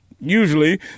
usually